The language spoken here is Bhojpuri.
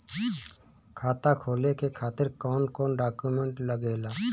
खाता खोले के खातिर कौन कौन डॉक्यूमेंट लागेला?